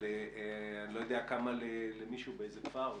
אני לא יודע כמה למישהו באיזה כפר,